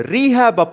Rehab